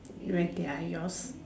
wait their yours